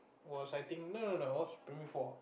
was I think no no no was primary four